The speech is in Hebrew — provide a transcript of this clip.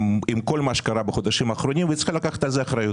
עם כל מה שקרה בחודשים האחרונים והיא צריכה לקחת על זה אחריות.